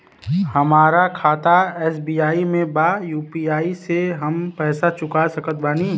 हमारा खाता एस.बी.आई में बा यू.पी.आई से हम पैसा चुका सकत बानी?